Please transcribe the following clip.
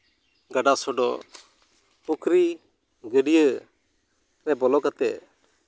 ᱜᱟᱰᱟ ᱥᱚᱰᱚᱜ ᱯᱩᱠᱷᱨᱤ ᱜᱟᱹᱰᱭᱟᱹ ᱨᱮ ᱵᱚᱞᱚ ᱠᱟᱛᱮ